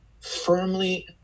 firmly